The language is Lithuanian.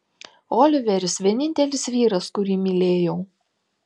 oliveris vienintelis vyras kurį mylėjau